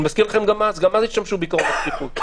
אני מזכיר לכם שגם אז השתמשו בעיקרון הדחיפות.